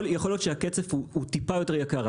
יכול להיות שהקצף הוא טיפה יותר יקר.